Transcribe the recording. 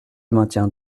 maintiens